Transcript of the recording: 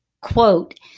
quote